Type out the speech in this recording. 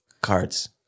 cards